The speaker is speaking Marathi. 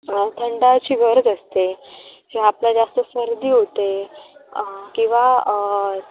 थंडाव्याची गरज असते आपल्या जास्त सर्दी होते किंवा